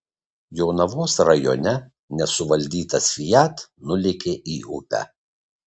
jonavos rajone nesuvaldytas fiat nulėkė į upę